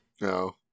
No